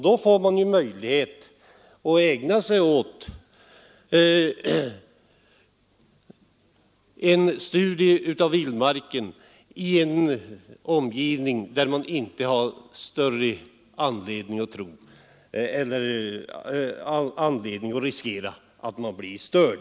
Då får man möjlighet att ägna sig åt studier av vildmarken i en omgivning där man inte behöver riskera att bli störd.